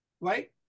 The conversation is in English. right